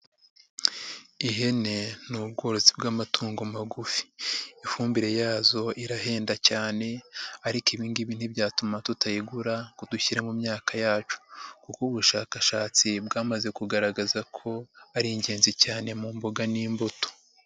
Ihene ni ubworotsi bw'amatungo magufi, ifumbire yazo irahenda cyane ariko ibingibi ntibyatuma tutayigura ngo dushyira mu myaka yacu, kuko ubushakashatsi bwamaze kugaragaza ko ari ingenzi cyane mu mboga n'imbuto.